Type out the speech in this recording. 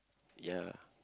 ya